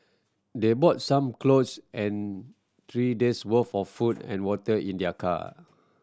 they bought some clothes and three days' worth of food and water in their car